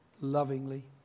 Lovingly